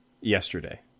yesterday